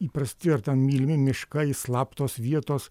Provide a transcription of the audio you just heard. įprasti ar ten mylimi miškai slaptos vietos